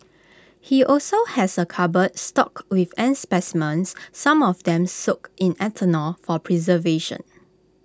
he also has A cupboard stocked with ant specimens some of them soaked in ethanol for preservation